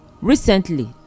Recently